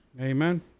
Amen